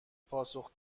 پاسخ